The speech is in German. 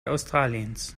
australiens